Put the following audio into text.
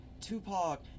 Tupac